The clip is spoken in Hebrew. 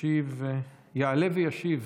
יעלה וישיב